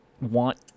want